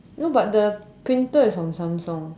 no but the printer is from Samsung